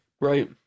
Right